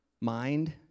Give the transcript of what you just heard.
mind